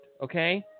Okay